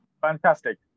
Fantastic